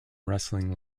wrestling